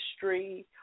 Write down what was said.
history